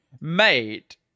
Mate